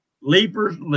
leapers